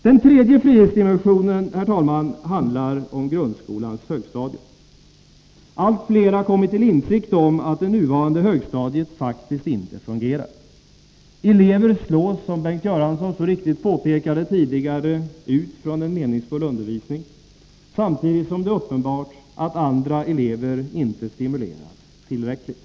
Den tredje frihetsdimensionen, herr talman, handlar om grundskolans högstadium. Allt fler kommer till insikt om att det nuvarande högstadiet faktiskt inte fungerar. Elever slås ut från en meningsfull undervisning, som Bengt Göransson så riktigt påpekade, samtidigt som det är uppenbart att andra elever inte stimuleras tillräckligt.